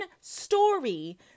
story